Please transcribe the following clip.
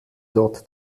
dort